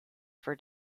for